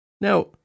Now